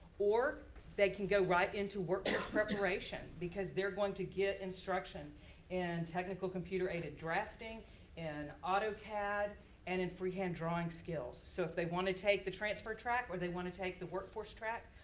or they can go right to workforce preparation. because they're going to get instruction in technical computer-aided drafting and autocad and in freehand drawing skills. so if they wanna take the transfer track or they wanna take the workforce track,